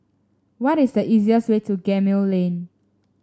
what is the easiest way to Gemmill Lane